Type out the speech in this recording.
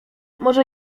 może